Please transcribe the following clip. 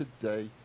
today